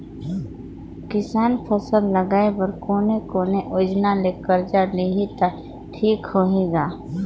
किसान फसल लगाय बर कोने कोने योजना ले कर्जा लिही त ठीक होही ग?